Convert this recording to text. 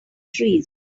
trees